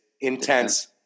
intense